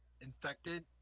infected